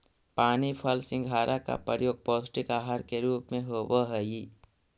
पानी फल सिंघाड़ा का प्रयोग पौष्टिक आहार के रूप में होवअ हई